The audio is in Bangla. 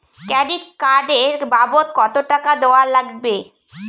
ক্রেডিট কার্ড এর বাবদ কতো টাকা দেওয়া লাগবে?